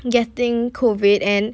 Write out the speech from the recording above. getting COVID and